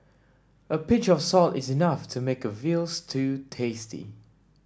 a pinch of salt is enough to make a veal stew tasty